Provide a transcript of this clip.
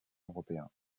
européen